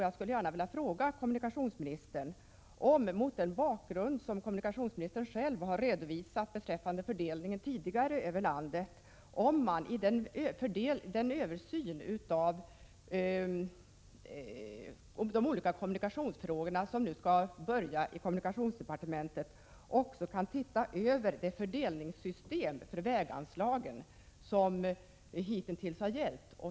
Jag skulle gärna vilja fråga kommunikationsministern om man, mot den bakgrund som kommunikationsministern själv har redovisat beträffande den tidigare fördelningen över landet, i den översyn av olika kommunikationsfrågor som nu skall påbörjas inom kommunikationsdepartementet också ämnar titta över det fördelningssystem för väganslagen som hitintills har gällt.